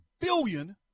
billion